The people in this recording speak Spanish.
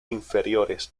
inferiores